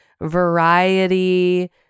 variety